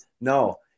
No